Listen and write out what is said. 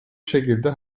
şekilde